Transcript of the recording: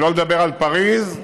שלא לדבר על פריז,